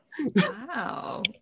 Wow